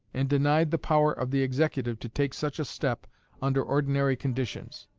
and denied the power of the executive to take such a step under ordinary conditions.